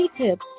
Tips